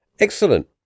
Excellent